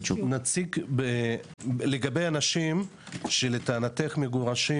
- לגבי אנשים שלטענתך מגורשים